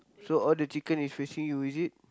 so all the chicken is facing you is it